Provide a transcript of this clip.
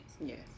Yes